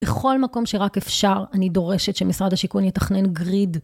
בכל מקום שרק אפשר, אני דורשת שמשרד השיכון יתכנן גריד.